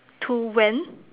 to when